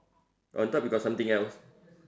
on top you got something else